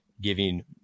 giving